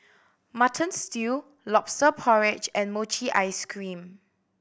Mutton Stew Lobster Porridge and mochi ice cream